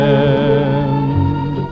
end